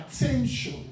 attention